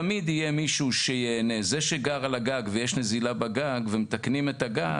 תמיד יהיה מישהו שייהנה זה שגר על הגג ויש נזילה בגג ומתקנים את הגג,